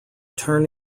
turn